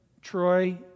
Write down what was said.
Troy